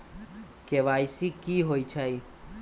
KYC कि होई छई?